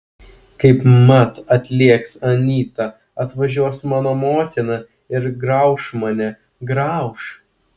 kaipmat atlėks anyta atvažiuos mano motina ir grauš mane grauš